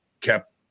kept